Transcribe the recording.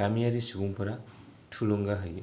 गामियारि सुबुंफोरा थुलुंगा होयो